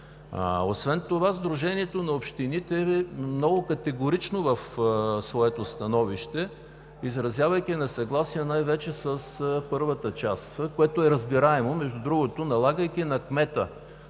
Освен това Сдружението на общините е много категорично в своето становище, изразявайки несъгласие най-вече с първата част, което е разбираемо. Налагайки на кмета